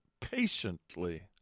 patiently